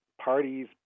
parties